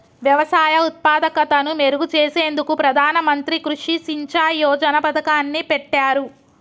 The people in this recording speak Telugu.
వ్యవసాయ ఉత్పాదకతను మెరుగు చేసేందుకు ప్రధాన మంత్రి కృషి సించాయ్ యోజన పతకాన్ని పెట్టారు